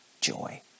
joy